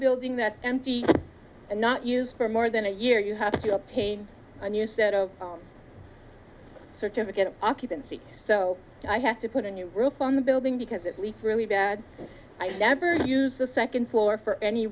building that empty and not used for more than a year you have to obtain a new set of certificate of occupancy so i have to put a new roof on the building because it leaks really bad i never use a second floor for any